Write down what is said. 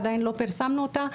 עדיין לא פרסמנו אותה,